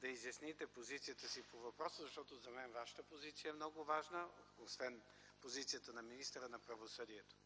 да изясните позицията си по въпроса, защото за мен Вашата позиция е много важна, освен позицията на министъра на правосъдието.